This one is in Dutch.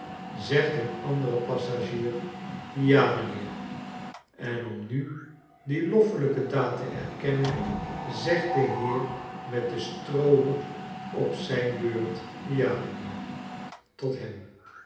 zegt een andere passagier ja m'nheer en om nu die loffelijke daad te erkennen zegt de heer met den stroohoed op zijn beurt ja m'nheer tot hem